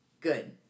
good